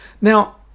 Now